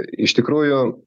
iš tikrųjų